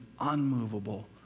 unmovable